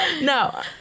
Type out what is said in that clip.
no